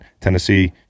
Tennessee